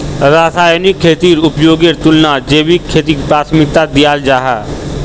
रासायनिक खेतीर उपयोगेर तुलनात जैविक खेतीक प्राथमिकता दियाल जाहा